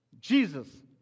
Jesus